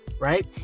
right